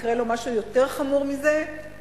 יקרה לו משהו יותר חמור מזה,